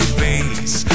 face